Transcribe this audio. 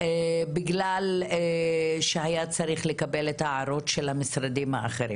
בגלל שהיה צריך לקבל את ההערות של המשרדים האחרים.